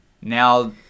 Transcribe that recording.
Now